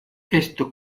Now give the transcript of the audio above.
esto